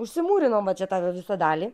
užsimūrinom va čia tą visą dalį